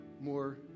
more